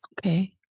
Okay